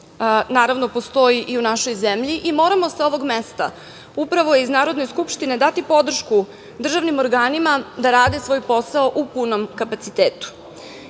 naravno postoji i u našoj zemlji i moramo sa ovog mesta, upravo iz Narodne skupštine dati podršku državnim organima da rade svoj posao u punom kapacitetu.